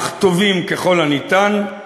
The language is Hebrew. אך טובים ככל הניתן,